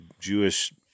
Jewish